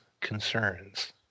concerns